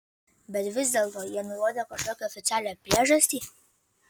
bet vis dėlto jie nurodė kažkokią oficialią priežastį